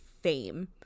fame